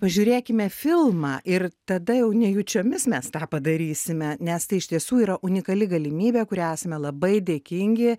pažiūrėkime filmą ir tada jau nejučiomis mes tą padarysime nes tai iš tiesų yra unikali galimybė kurią esame labai dėkingi